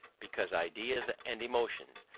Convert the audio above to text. because ideas and emotions,